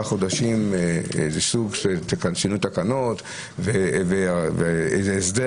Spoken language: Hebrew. חודשים איזה סוג של שינוי תקנות ואיזה הסדר.